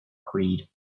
creed